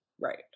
Right